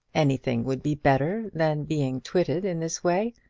anything would be better than being twitted in this way.